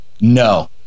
No